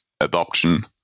adoption